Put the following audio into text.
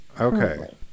okay